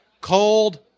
Cold